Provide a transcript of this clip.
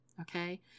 Okay